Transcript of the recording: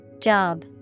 Job